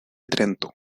trento